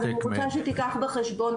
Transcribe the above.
אבל אני רוצה שתיקח בחשבון,